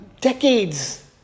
decades